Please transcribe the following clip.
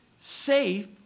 safe